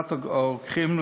לפקודת הרוקחים,